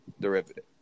derivative